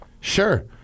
sure